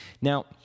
Now